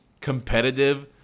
competitive